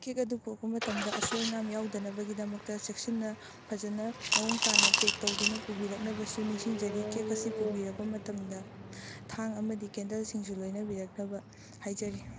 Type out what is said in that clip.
cake ꯑꯗꯨ ꯄꯨꯔꯛꯄ ꯃꯇꯝꯗ ꯑꯁꯣꯏ ꯑꯉꯥꯝ ꯌꯥꯎꯗꯅꯕꯒꯤꯗꯃꯛꯇ ꯆꯦꯛꯁꯤꯟꯅ ꯐꯖꯅ ꯃꯑꯣꯡ ꯇꯥꯅ ꯄꯦꯛ ꯇꯧꯗꯨꯅ ꯄꯨꯕꯤꯔꯛꯅꯕꯁꯨ ꯅꯤꯡꯁꯤꯡꯖꯔꯤ ꯀꯦꯛ ꯑꯁꯤ ꯄꯨꯕꯤꯔꯛꯄ ꯃꯇꯝꯗ ꯊꯥꯡ ꯑꯃꯗꯤ ꯀꯦꯟꯗꯜ ꯁꯤꯡꯁꯨ ꯂꯣꯏꯅꯕꯤꯔꯛꯅꯕ ꯍꯥꯏꯖꯔꯤ